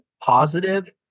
positive